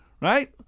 right